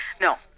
No